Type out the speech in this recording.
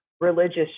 religious